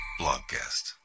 Blogcast